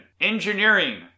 engineering